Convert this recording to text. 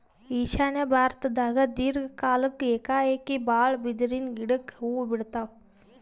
ಈಶಾನ್ಯ ಭಾರತ್ದಾಗ್ ದೀರ್ಘ ಕಾಲ್ಕ್ ಏಕಾಏಕಿ ಭಾಳ್ ಬಿದಿರಿನ್ ಗಿಡಕ್ ಹೂವಾ ಬಿಡ್ತಾವ್